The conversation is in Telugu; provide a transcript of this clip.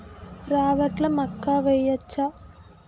రాగట్ల మక్కా వెయ్యచ్చా?